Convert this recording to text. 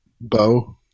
Bo